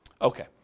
Okay